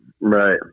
right